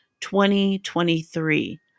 2023